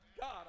God